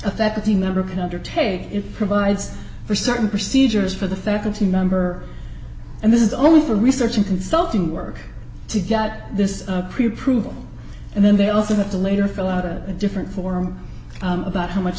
a faculty member can undertake it provides for certain procedures for the faculty member and this is only for research and consulting work to get this pre approval and then they also have to later fill out a different form about how much